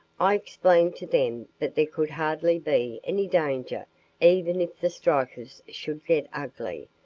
i explained to them that there could hardly be any danger even if the strikers should get ugly,